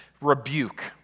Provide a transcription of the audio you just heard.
rebuke